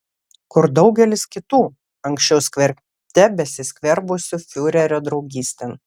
kur daugelis kitų anksčiau skverbte besiskverbusių fiurerio draugystėn